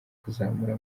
kuzamura